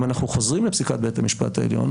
אם אנחנו חוזרים לפסיקת בית המשפט העליון,